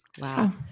Wow